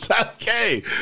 okay